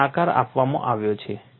અહીં આકાર આપવામાં આવ્યો છે